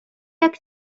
jak